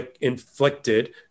inflicted